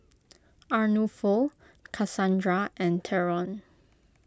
Arnulfo Kasandra and theron